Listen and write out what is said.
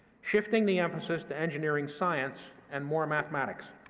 shifting the emphasis to engineering science and more mathematics.